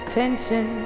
tension